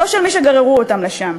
לא של מי שגררו אותם לשם.